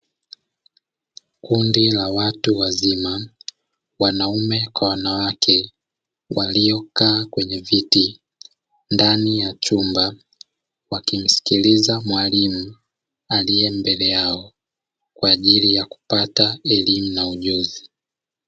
Kundi la watu wazima wanaume kwa wanawake waliokaa kwenye viti ndani ya chumba, wakimsikiliza mwalimu aliye mbele yao kwa ajili ya kupata elimu na ujuzi.